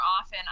often